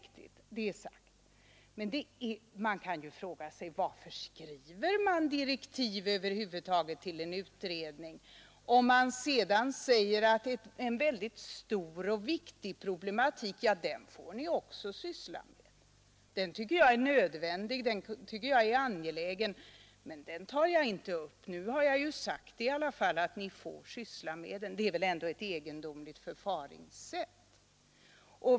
Men man kan fråga sig varför direktiv över huvud taget skrivs till en utredning, om det sedan heter: ”Ja, det här är en stor och viktig problematik. Den får ni också syssla med. Den tycker jag är nödvändig och angelägen. Men den tar jag inte upp nu. Nu har jag sagt i alla fall att ni får syssla med den.” Det är väl ändå ett egendomligt förfaringssätt.